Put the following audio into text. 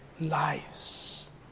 lives